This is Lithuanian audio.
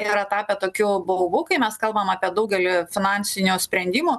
yra tapę tokiu baubu kai mes kalbam apie daugelį finansinio sprendimo